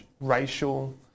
racial